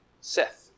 Seth